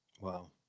Wow